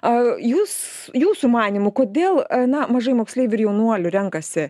a jūs jūsų manymu kodėl gana mažai moksleivių ir jaunuolių renkasi